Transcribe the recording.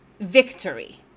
victory